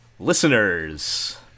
Listeners